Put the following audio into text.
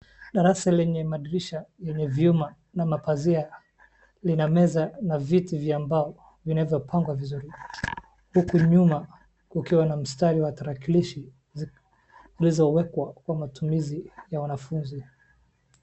Darasa lenye madirisha yenye vyuma na mapazia lina meza na viti vya bao zinavyopangwa vizuri huku nyuma kukiwa na mstari wa tarakilishi zilizowekwa kwa matumizi ya wanafunzi.